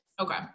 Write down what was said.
Okay